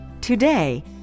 Today